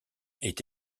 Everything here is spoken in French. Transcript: est